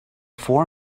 four